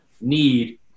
need